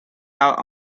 out